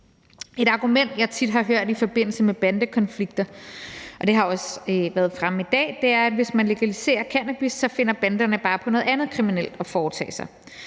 Et argument, jeg tit har hørt i forbindelse med bandekonflikter, og det har også været fremme i dag, er, at hvis man legaliserer cannabis, så finder banderne bare på noget andet kriminelt at foretage sig.